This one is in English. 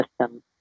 system